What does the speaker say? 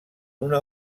una